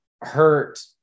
hurt